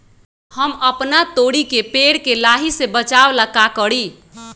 हम अपना तोरी के पेड़ के लाही से बचाव ला का करी?